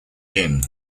inn